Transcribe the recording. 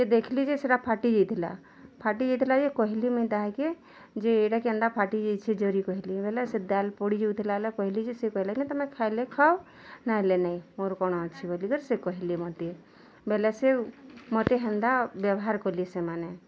ଯେ ଦେଖିଲି ଯେ ସେଇଟା ଫାଟି ଯାଇଥିଲା ଫାଟି ଯାଇଥିଲା ଯେ କହିଲି ମୁଇଁ ତାହାକେ ଯେ ଏଇଟା କେନ୍ତା ଫାଟି ଯାଇଛି ଜରି କହିଲି ବୋଲେ ସେ ଡ଼ାଲ୍ ପଡ଼ି ଯାଉଥିଲା ବୋଲେ କହିଲି ଯେ ସେ କହିଲା ତମେ ଖାଇଲେ ଖାଅ ନା ହେଲେ ନାଇଁ ମୋର କ'ଣ ଅଛି ବୋଲି କରି ସେ କହିଲେ ମୋତେ ବୋଲେ ସେ ମୋତେ ହେନ୍ତା ବ୍ୟବହାର୍ କଲେ ସେମାନେ